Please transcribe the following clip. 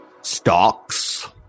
Stocks